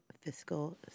fiscal